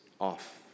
off